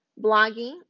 blogging